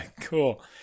cool